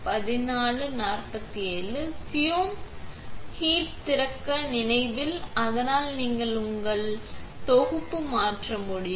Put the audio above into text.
பியும் ஹூட் திறக்க நினைவில் அதனால் நீங்கள் உங்கள் இந்லே தொகுப்பு மாற்ற முடியும்